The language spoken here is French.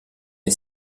est